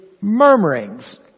murmurings